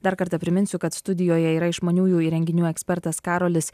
dar kartą priminsiu kad studijoje yra išmaniųjų įrenginių ekspertas karolis